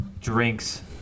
drinks